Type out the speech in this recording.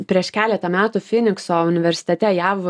prieš keletą metų finikso universitete jav